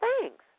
thanks